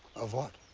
of what?